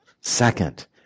Second